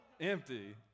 Empty